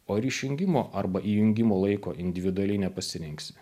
o ir išjungimo arba įjungimo laiko individualiai nepasirinks